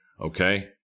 okay